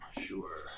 Sure